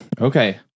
Okay